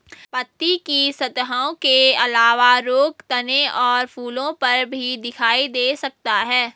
पत्ती की सतहों के अलावा रोग तने और फूलों पर भी दिखाई दे सकता है